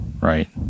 right